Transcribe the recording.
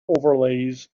overlays